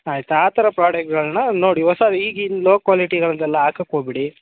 ಆಯ್ತಾ ಆ ಥರ ಪ್ರಾಡೆಕ್ಟ್ಗಳನ್ನ ನೋಡಿ ಹೊಸ ಈಗಿನ ಲೋ ಕ್ವಾಲಿಟಿಗಳದ್ದೆಲ್ಲ ಹಾಕಕ್ ಹೋಗ್ಬೇಡಿ